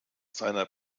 seiner